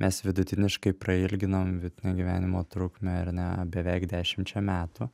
mes vidutiniškai prailginam vidutinę gyvenimo trukmę ar ne beveik dešimčia metų